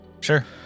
Sure